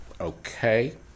okay